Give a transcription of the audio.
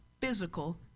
physical